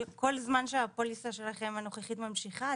כל זמן שהפוליסה שלכם הנוכחית ממשיכה,